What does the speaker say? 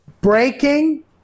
breaking